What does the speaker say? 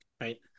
right